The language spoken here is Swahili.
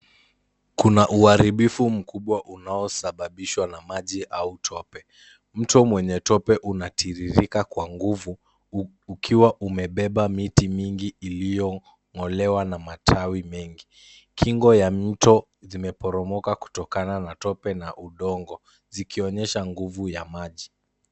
Kuna uharibifu mkubwa unaosababishwa na maji au tope, Mto mwenye tope unatiririka kwa nguvu, ukiwa umebeba miti mingi iliyong'olewa na matawi mengi. Kingo ya mto zimeporomoka kutokana na tope na udongo, zikionyesha nguvu ya maji.